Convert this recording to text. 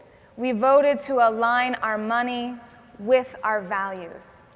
we voted to align our money with our values.